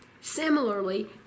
Similarly